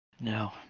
No